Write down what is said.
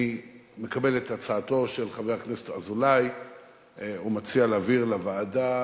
אני מקבל את הצעתו של חבר הכנסת אזולאי ומציע להעביר לוועדה.